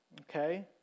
Okay